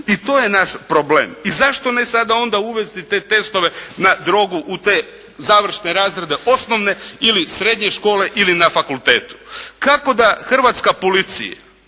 i to je naš problem. I zašto ne sada onda uvesti te testove na drogu u te završne razrede osnovne ili srednje škole ili na fakultetu. Kako da hrvatska policija